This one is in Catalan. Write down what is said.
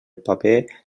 paper